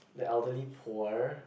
the elderly poor